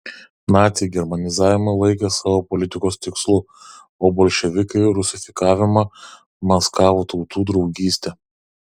naciai germanizavimą laikė savo politikos tikslu o bolševikai rusifikavimą maskavo tautų draugyste